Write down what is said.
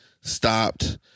stopped